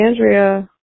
Andrea